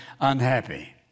unhappy